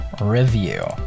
review